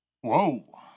Whoa